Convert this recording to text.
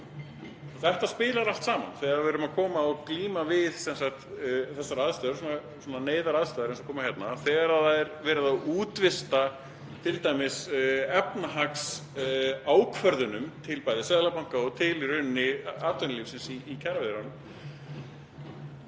Þetta spilar allt saman þegar við erum að koma og glíma við þessar aðstæður, svona neyðaraðstæður eins og koma hérna. Þegar það er verið að útvista t.d. efnahagsákvörðunum til bæði Seðlabanka og til í rauninni atvinnulífsins í kjaraviðræðunum,